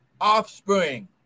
offspring